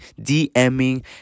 DMing